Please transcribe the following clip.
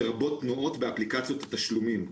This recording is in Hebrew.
לרבות תנועות באפליקציות התשלומים..",